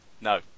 No